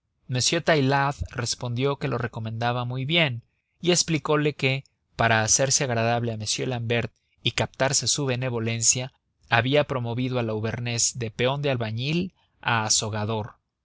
tapicero m taillade respondió que lo recordaba muy bien y explicole que para hacerse agradable a m l'ambert y captarse su benevolencia había promovido al auvernés de peón de albañil